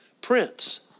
Prince